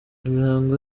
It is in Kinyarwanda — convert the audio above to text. imihango